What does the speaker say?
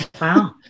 Wow